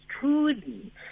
truly